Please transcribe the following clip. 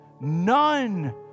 none